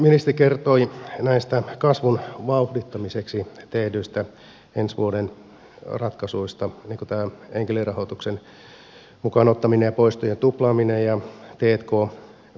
ministeri kertoi näistä kasvun vauhdittamiseksi tehdyistä ensi vuoden ratkaisuista niin kuin tämä enkelirahoituksen mukaan ottaminen ja poistojen tuplaaminen ja t k verotuki